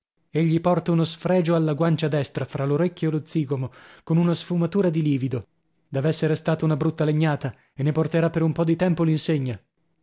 faccia egli porta uno sfregio alla guancia destra fra l'orecchio e lo zigomo con una sfumatura di livido deve essere stata una brutta legnata e ne porterà per un po di tempo